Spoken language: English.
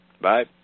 bye